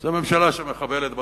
זו ממשלה שמחבלת בתהליך,